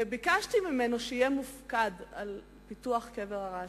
ביקשתי ממנו שיהיה מופקד על פיתוח קבר הרשב"י.